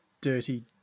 dirty